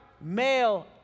Male